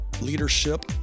leadership